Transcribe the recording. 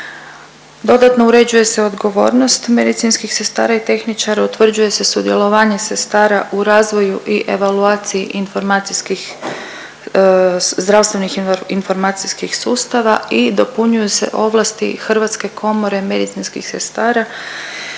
Dodatno, uređuje se odgovornost medicinskih sestara i tehničara, utvrđuje se sudjelovanje sestara u razvoju i evaluaciji informacijskih zdravstvenih informacijskih sustava i dopunjuju se ovlasti Hrvatske komore medicinskih sestara